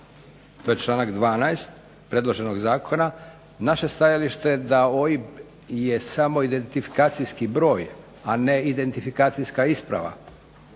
To je članak 12. predloženog Zakona. Naše stajalište da OIB je samo identifikacijski broj, a ne identifikacijska isprava,